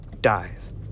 dies